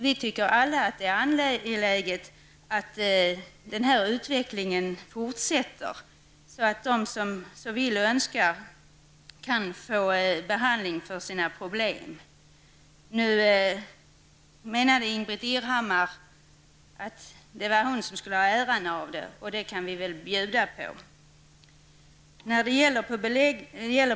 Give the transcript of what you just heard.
Vi anser alla att det är angeläget att denna utveckling fortsätter, så att de som så önskar kan få behandling för sina problem. Ingbritt Irhammar tyckte att hon skulle ha äran av detta, och det kan vi väl bjuda på.